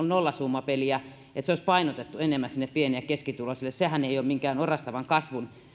nollasummapeliä ja sitten sitä olisi painotettu enemmän sinne pieni ja keskituloisille sehän ei ole minkään orastavan kasvun